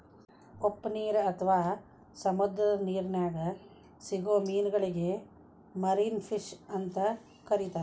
ಉಪ್ಪನೇರು ಅತ್ವಾ ಸಮುದ್ರದ ನಿರ್ನ್ಯಾಗ್ ಸಿಗೋ ಮೇನಗಳಿಗೆ ಮರಿನ್ ಫಿಶ್ ಅಂತ ಕರೇತಾರ